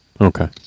Okay